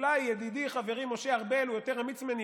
אולי ידידי חברי משה ארבל הוא יותר אמיץ ממני,